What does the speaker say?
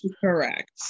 Correct